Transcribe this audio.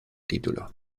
título